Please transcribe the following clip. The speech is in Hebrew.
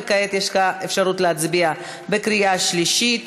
וכעת יש לך אפשרות להצביע בקריאה השלישית.